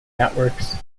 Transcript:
networks